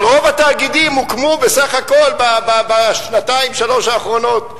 אבל רוב התאגידים הוקמו בסך הכול בשנתיים-שלוש האחרונות.